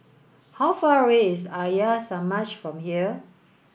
how far away is Arya Samaj from here